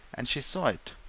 and she saw it,